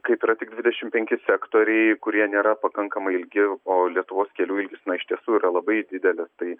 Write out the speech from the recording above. kaip yra tik dvidešimt penki sektoriai kurie nėra pakankamai ilgi o lietuvos kelių ilgis iš tiesų yra labai didelis tai